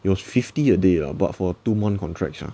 it was fifty a day lah but for two month contract sia